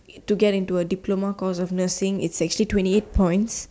to get into a diploma course for nursing is twenty eight points